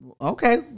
Okay